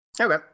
okay